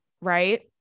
Right